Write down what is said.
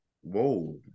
Whoa